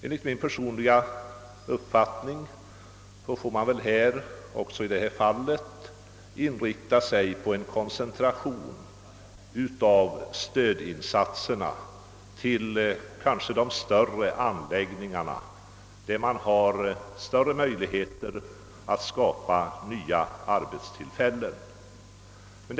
Enligt min uppfattning bör man där inrikta sig på en koncentration av stödinsatserna till de större anläggningarna, som har bättre möjligheter att skapa nya arbetstillfällen.